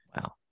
Wow